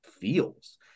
feels